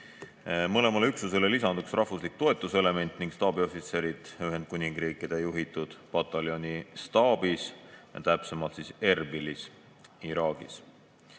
Mõlemale üksusele lisanduksid rahvuslik toetuselement ja staabiohvitserid Ühendkuningriikide juhitud pataljoni staabis, täpsemalt Erbilis Iraagis.